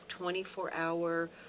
24-hour